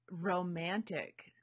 romantic